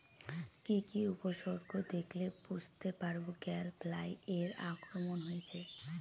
কি কি উপসর্গ দেখলে বুঝতে পারব গ্যাল ফ্লাইয়ের আক্রমণ হয়েছে?